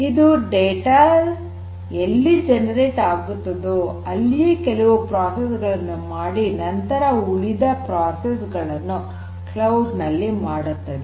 ಇದು ಡೇಟಾ ಎಲ್ಲಿ ಉತ್ಪಾದನೆ ಆಗುತ್ತದೋ ಅಲ್ಲಿಯೇ ಕೆಲವು ಪ್ರೋಸೆಸ್ ಗಳನ್ನು ಮಾಡಿ ನಂತರ ಉಳಿದ ಪ್ರೋಸೆಸ್ ಗಳನ್ನು ಕ್ಲೌಡ್ ನಲ್ಲಿ ಮಾಡುತ್ತದೆ